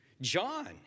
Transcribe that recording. John